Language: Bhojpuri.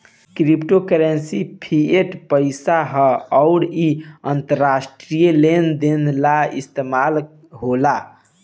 क्रिप्टो करेंसी फिएट पईसा ह अउर इ अंतरराष्ट्रीय लेन देन ला इस्तमाल होला